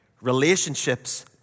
Relationships